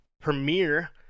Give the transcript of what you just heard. premiere